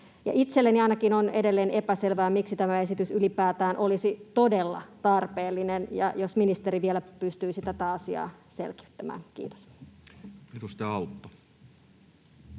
Itselleni ainakin on edelleen epäselvää, miksi tämä esitys ylipäätään olisi todella tarpeellinen. Josko ministeri vielä pystyisi tätä asiaa selkiyttämään? — Kiitos.